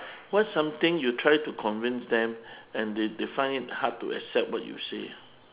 what's something you tried to convince them and they they find it hard to accept what you say